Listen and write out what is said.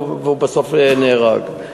והוא בסוף נהרג.